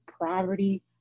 poverty